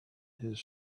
his